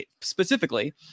specifically